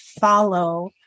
follow